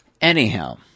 Anyhow